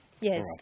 Yes